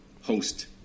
host